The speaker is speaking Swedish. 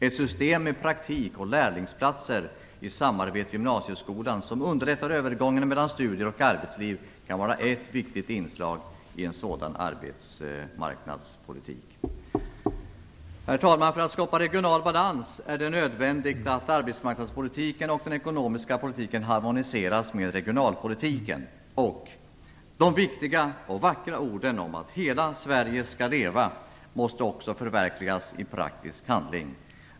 Ett system med praktik och lärlingsplatser i samarbete med gymnasieskolan som underlättar övergången mellan studier och arbetsliv kan vara ett viktigt inslag i en sådan arbetsmarknadspolitik. Herr talman! För att skapa regional balans är det nödvändigt att arbetsmarknadspolitiken och den ekonomiska politiken harmoniseras med regionalpolitiken. De viktiga och vackra orden "Hela Sverige skall leva" måste också förverkligas i praktisk handling.